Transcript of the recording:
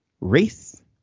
race